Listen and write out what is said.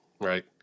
Right